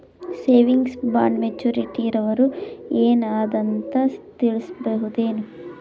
Savings bond maturity term ಏನ ಅದ ಅಂತ ತಿಳಸಬಹುದೇನು?